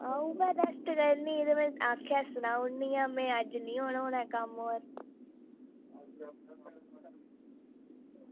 ते इंया गै रेस्ट करनी ही ते में आक्खेआ अज्ज अंऊ सनाई ओड़नी आं कम्म र